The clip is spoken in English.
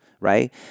right